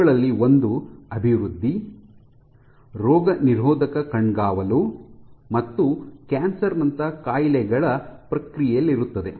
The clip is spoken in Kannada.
ಅವುಗಳಲ್ಲಿ ಒಂದು ಅಭಿವೃದ್ಧಿ ರೋಗನಿರೋಧಕ ಕಣ್ಗಾವಲು ಮತ್ತು ಕ್ಯಾನ್ಸರ್ ನಂತಹ ಕಾಯಿಲೆಗಳ ಪ್ರಕ್ರಿಯೆಯಲ್ಲಿರುತ್ತದೆ